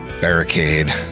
barricade